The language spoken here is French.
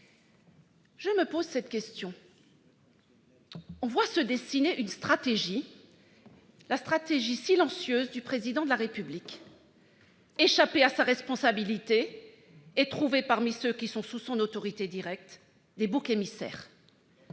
Je me pose cette question. On voit se dessiner une stratégie, la stratégie silencieuse du Président de la République : échapper à sa responsabilité et trouver parmi ceux qui sont sous son autorité directe des boucs émissaires.